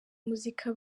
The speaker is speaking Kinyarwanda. muzika